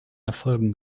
erfolgen